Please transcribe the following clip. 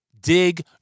Dig